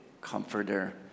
comforter